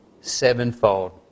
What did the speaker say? sevenfold